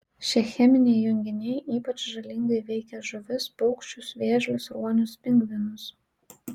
šie cheminiai junginiai ypač žalingai veikia žuvis paukščius vėžlius ruonius pingvinus